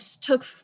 took –